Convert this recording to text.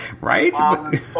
Right